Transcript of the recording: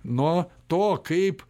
nuo to kaip